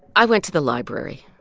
i went to the library,